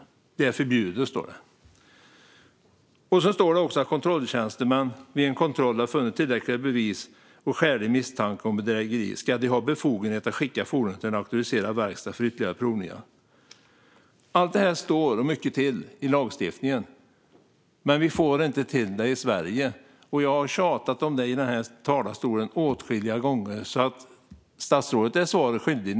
Det står att det är förbjudet. Det står också att "om de certifierade kontrolltjänstemännen vid kontrollen funnit tillräckligt med bevis som leder till en skälig misstanke om bedrägeri ska de ha befogenhet att skicka fordonet till en auktoriserad verkstad för ytterligare provningar". Allt det här och mycket därtill står i lagstiftningen, men vi får inte till det i Sverige. Jag har tjatat om det här i talarstolen åtskilliga gånger, men statsrådet är svaret skyldig.